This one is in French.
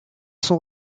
sont